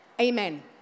Amen